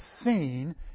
seen